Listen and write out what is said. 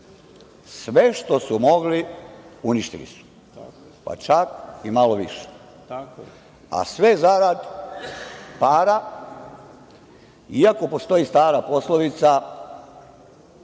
itd. Sve što su mogli, uništili su, pa čak i malo više, a sve zarad para iako postoji stara poslovica